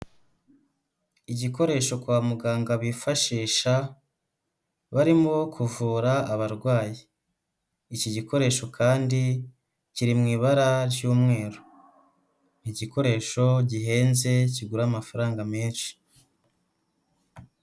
Igikoresho kwa muganga bifashisha barimo kuvura abarwayi, iki gikoresho kandi kiri mu ibara ry'umweru, ni igikoresho gihenze, kigura amafaranga menshi.